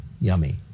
yummy